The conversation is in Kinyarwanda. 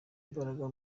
imbaraga